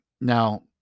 Now